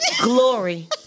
Glory